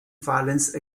violence